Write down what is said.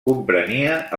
comprenia